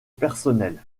personnelle